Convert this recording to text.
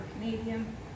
Canadian